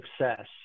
success